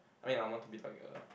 I mean I want to be like a